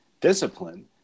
discipline